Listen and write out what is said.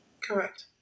Correct